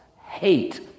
hate